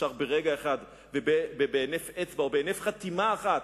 שברגע אחד ובהינף אצבע ובהינף חתימה אחת,